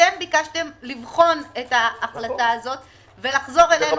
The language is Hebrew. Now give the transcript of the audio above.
אתם ביקשתם לבחון את ההחלטה הזו ולחזור אלינו.